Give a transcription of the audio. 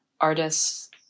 artists